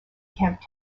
camp